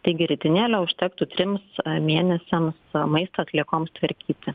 taigi ritinėlio užtektų trims mėnesiams maisto atliekoms tvarkyti